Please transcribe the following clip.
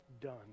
done